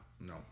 No